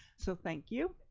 so thank you.